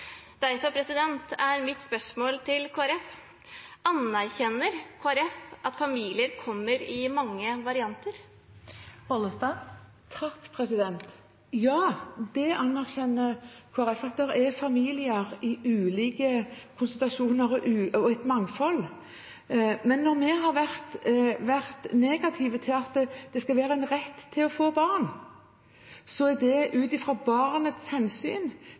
Derfor er mitt spørsmål til Kristelig Folkeparti: Anerkjenner Kristelig Folkeparti at familier kommer i mange varianter? Ja, det anerkjenner Kristelig Folkeparti. Det er familier i ulike konstellasjoner og et mangfold. Men når vi har vært negative til at det skal være en rett å få barn, er det av hensyn